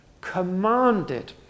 commanded